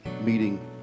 meeting